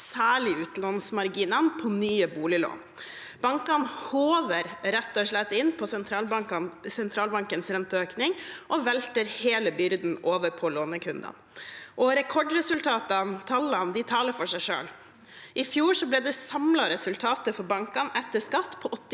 særlig utlånsmarginene på nye boliglån. Bankene håver rett og slett inn på sentralbankens renteøkning og velter hele byrden over på lånekundene. Rekordresultatene og -tallene taler for seg selv. I fjor ble det samlede resultatet for bankene etter skatt på 88,5